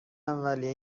اولیه